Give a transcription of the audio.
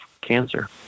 cancer